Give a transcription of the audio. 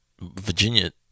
virginia